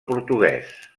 portuguès